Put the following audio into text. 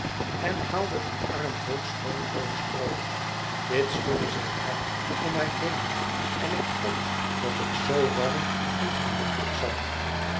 en haalde een arm vol schoon droog stroo dit schudden zij uit om mij heen en ik vond dat ik z warm en gemakkelijk zat